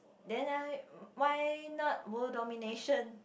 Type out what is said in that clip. then I why not world domination